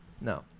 No